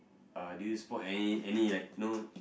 uh do you spot any any like you know